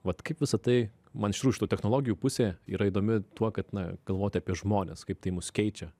vat kaip visa tai man iš tikrųjų šita technologijų pusė yra įdomi tuo kad na galvoti apie žmones kaip tai mus keičia